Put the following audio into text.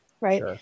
Right